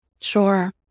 Sure